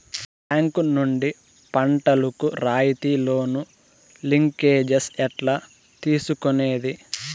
Bank నుండి పంటలు కు రాయితీ లోను, లింకేజస్ ఎట్లా తీసుకొనేది?